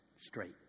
straight